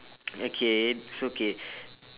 okay so okay